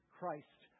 Christ